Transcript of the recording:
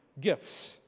gifts